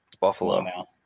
Buffalo